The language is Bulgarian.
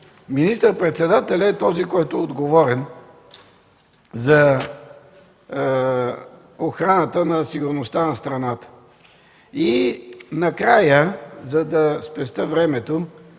министър-председателят е този, който е отговорен за охраната на сигурността на страната. И накрая, за да спестя времето,